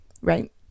Right